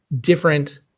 different